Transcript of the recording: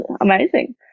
amazing